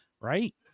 Right